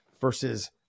versus